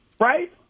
right